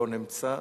לא נמצא.